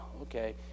okay